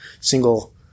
single